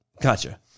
Gotcha